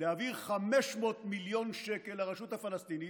להעביר 500 מיליון שקל לרשות הפלסטינית,